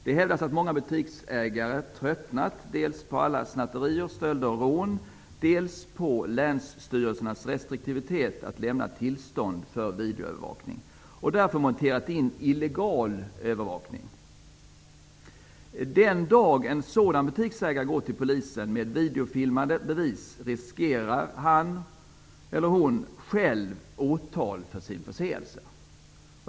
Det hävdas att många butiksägare har tröttnat dels på alla snatterier, stölder och rån, dels på länsstyrelsernas restriktivitet när det gäller att lämna tillstånd för videoövervakning och att butiksägarna därför har monterat in illegal övervakning. Den dagen en sådan butiksägare går till Polisen med videofilmade bevis riskerar han eller hon själv åtal för sin förseelse.